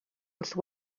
wrth